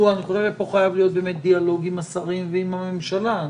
חייב להיות פה דיאלוג עם השרים ועם הממשלה.